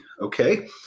okay